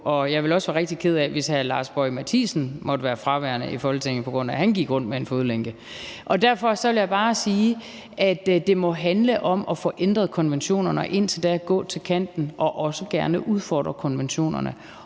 og jeg ville også være rigtig ked af, hvis hr. Lars Boje Mathiesen måtte være fraværende i Folketinget, fordi han gik rundt med en fodlænke. Derfor vil jeg bare sige, at det må handle om at få ændret konventionerne og indtil da gå til kanten og også gerne udfordre konventionerne.